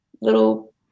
little